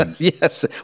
Yes